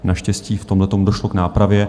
Naštěstí v tomhletom došlo k nápravě.